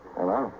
Hello